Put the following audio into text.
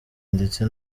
ndetse